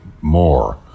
more